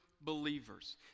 believers